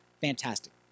Fantastic